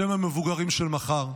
שהם המבוגרים של מחר.